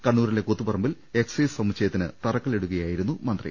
കണ്ണൂ രിലെ കൂത്തുപറമ്പിൽ എക്സൈസ് സമുച്ചയത്തിന് തറക്ക ല്ലിടുകയായിരുന്നു മന്ത്രി